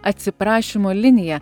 atsiprašymo linija